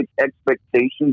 expectations